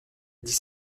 dix